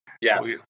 Yes